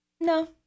No